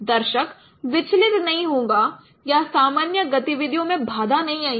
दर्शक विचलित नहीं होगा या सामान्य गतिविधियों में बाधा नहीं आएगी